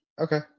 Okay